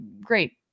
great